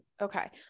Okay